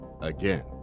again